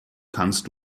kannst